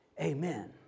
Amen